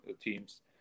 teams